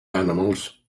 animals